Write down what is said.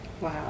Wow